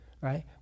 right